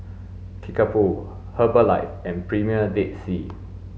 Kickapoo Herbalife and Premier Dead Sea